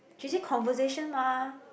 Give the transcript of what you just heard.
she say conversation mah